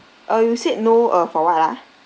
uh you said no uh for what ah